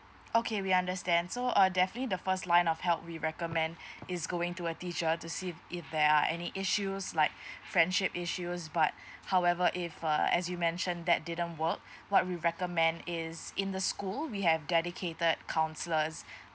okay we understand so uh definitely the first line of help we recommend is going to a teacher to see if there are any issues like friendship issues but however if err as you mentioned that didn't work what we recommend is in the school we have dedicated counsellors